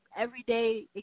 everyday